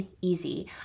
easy